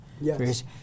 Yes